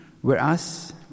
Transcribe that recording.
whereas